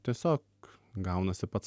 tiesiog gaunasi pats